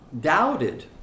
doubted